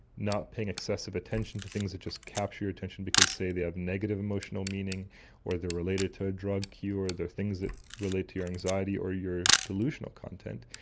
not paying excessive attention to things that just capture your attention because, say, they have negative emotional meaning or they are related to a drug cue or they are things that relate to your anxiety or your delusional content.